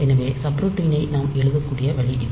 எனவே சப்ரூட்டீனை நாம் எழுதக்கூடிய வழி இது